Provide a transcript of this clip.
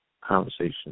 conversation